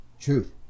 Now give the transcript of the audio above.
truth